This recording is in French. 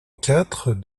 quatre